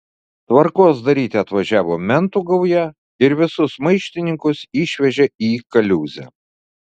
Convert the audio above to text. tvarkos daryti atvažiavo mentų gauja ir visus maištininkus išvežė į kaliūzę